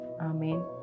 Amen